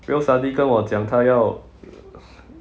rio suddenly 跟我讲他要